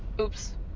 oops